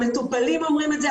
המטופלים אומרים את זה,